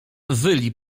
wyli